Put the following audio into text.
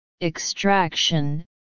extraction